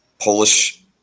Polish